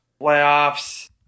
playoffs